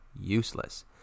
useless